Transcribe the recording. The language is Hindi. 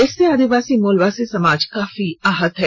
इससे आदिवासी मुलवासी समाज काफी आहत है